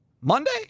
Monday